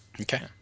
Okay